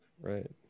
right